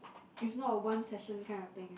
it's not a one session kind of thing